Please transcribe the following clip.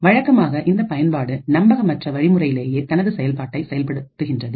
வழக்கமாக இந்த பயன்பாடு நம்பகமற்ற வழி முறையிலேயே தனது செயல்பாட்டை செயல்படுகின்றது